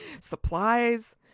Supplies